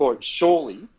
surely